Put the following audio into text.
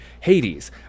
Hades